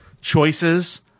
choices